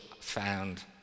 found